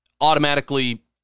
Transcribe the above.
automatically